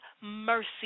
mercy